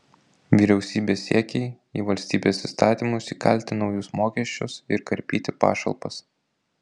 vyriausybės siekiai į valstybės įstatymus įkalti naujus mokesčius ir karpyti pašalpas